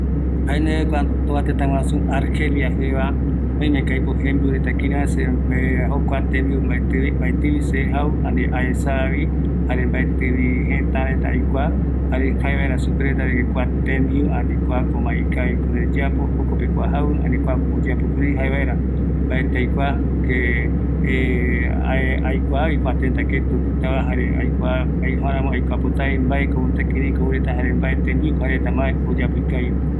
Kua argelia pegua tembiu reta mbaetɨvi yaikua, jare aesa, jaevaera kïraïko jaereta jembiuva, jaevaera mbaenunga tembiu ko jope ikavi, oïmeko aipo jeta tembiu oesauka reta, aikuaa jaevaera se